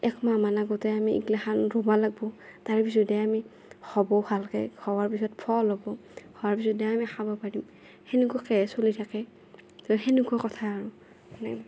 এমাহমান আগতে আমি এইগ্লাখান ৰুব লাগিব তাৰে পিছতহে আমি হ'ব ভালকৈ হোৱাৰ পিছত ফল হ'ব হোৱাৰ পিছতহে আমি খাব পাৰিম সেনেকুৱাকৈহে চলি থাকে ত' সেনেকুৱা কথা আৰু মানে